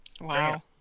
Wow